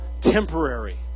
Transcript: temporary